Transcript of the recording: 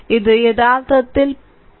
ഇത് യഥാർത്ഥത്തിൽ 0